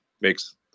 makes